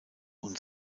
und